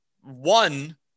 one